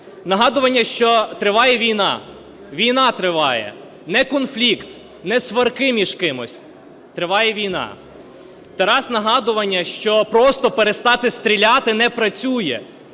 Нагадування, що триває війна. Війна триває! Не конфлікт, не сварки між кимось – триває війна. Тарас – нагадування, що просто перестати стріляти – не працює,